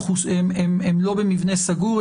הן לא במבנה סגור,